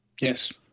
Yes